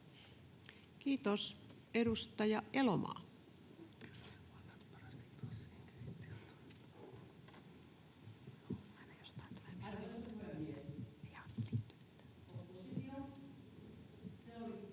Content: Edustaja Elomaa.